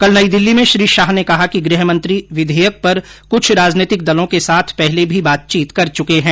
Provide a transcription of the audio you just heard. कल नई दिल्ली मे श्री शाह ने कहा कि गुहमंत्री विधेयक पर कुछ राजनीतिक दलों के साथ पहले भी बातचीत कर चके हैं